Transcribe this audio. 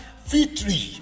victory